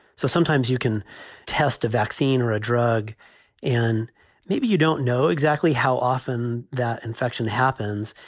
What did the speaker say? so sometimes you can test a vaccine or a drug and maybe you don't know exactly how often that infection happens.